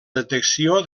detecció